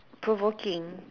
provoking